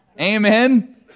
Amen